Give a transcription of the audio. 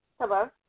Hello